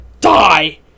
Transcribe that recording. die